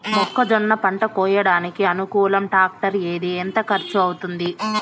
మొక్కజొన్న పంట కోయడానికి అనుకూలం టాక్టర్ ఏది? ఎంత ఖర్చు అవుతుంది?